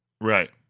Right